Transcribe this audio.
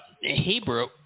Hebrew